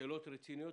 שאלות רציניות,